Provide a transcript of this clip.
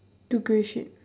the grey sheep